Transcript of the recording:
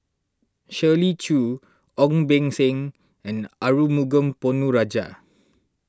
Shirley Chew Ong Beng Seng and Arumugam Ponnu Rajah